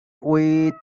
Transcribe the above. with